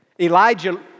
Elijah